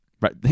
right